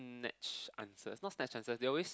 snatch answers not snatch answers they always